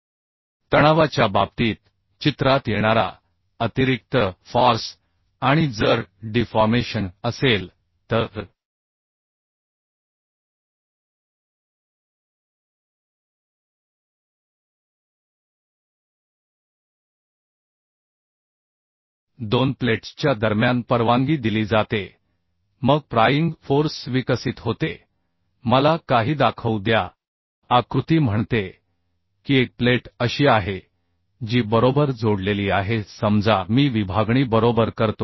ही खूप महत्वाची prying force आहे तणावाच्या बाबतीत चित्रात येणारा अतिरिक्त फॉर्स आणि जर डिफॉर्मेशन असेल तर दोन प्लेट्सच्या दरम्यान परवानगी दिली जाते मग प्रायिंग फोर्स विकसित होते मला काही दाखवू द्या आकृती म्हणते की एक प्लेट अशी आहे जी बरोबर जोडलेली आहे समजा मी विभागणी बरोबर करतो